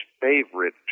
favorite